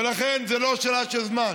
לכן, זה לא שאלה של זמן.